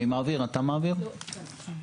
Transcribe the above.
קודם כל,